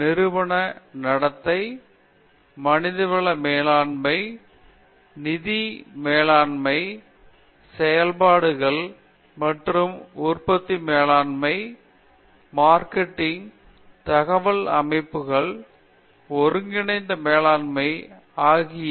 நிறுவன நடத்தை மனித வள மேலாண்மை நிதி மேலாண்மைசெயல்பாடுகள் மற்றும் உற்பத்தி மேலாண்மை மார்க்கெட்டிங்தகவல் அமைப்புகள் ஒருங்கிணைந்த மேலாண்மை ஆகியவை பாரம்பரிய பகுதிகள் ஆகும்